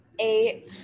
Eight